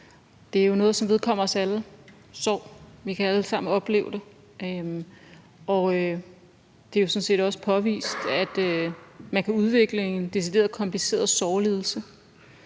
Det er jo noget, som vedkommer os alle – sorg. Vi kan alle sammen opleve det, og det er jo sådan set også påvist, at man kan udvikle en decideret kompliceret sorglidelse.